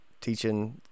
teaching